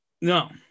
no